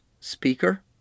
speaker